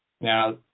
Now